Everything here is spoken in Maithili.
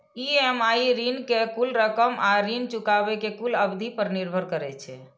ई.एम.आई ऋण के कुल रकम आ ऋण चुकाबै के कुल अवधि पर निर्भर करै छै